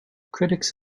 critics